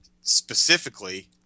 specifically